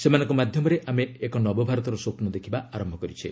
ସେମାନଙ୍କ ମାଧ୍ୟମରେ ଆମେ ଏକ ନବଭାରତର ସ୍ୱପ୍ନ ଦେଖିବା ଆରମ୍ଭ କରିଛେ